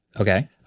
Okay